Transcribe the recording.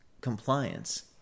compliance